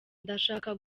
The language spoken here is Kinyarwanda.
ndashaka